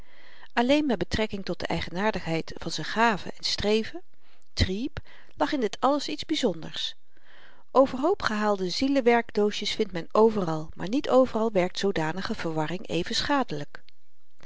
alleen met betrekking tot de eigenaardigheid van z'n gaven en streven trieb lag in dit alles iets byzonders overhoop gehaalde ziele werkdoosjes vindt men overal maar niet overal werkt zoodanige verwarring even schadelyk